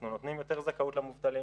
אנחנו נותנים יותר זכאות למובטלים,